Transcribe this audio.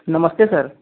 नमस्ते सर